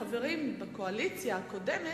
אנחנו רואים בעצם שהשכבות החלשות הן אלה שישלמו את המחיר.